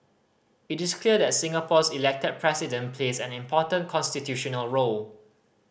it is clear that Singapore's Elected President plays an important constitutional role